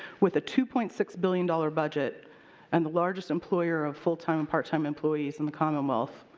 with a two point six billion dollars budget and the largest employer of full-time and part-time employees in the commonwealth,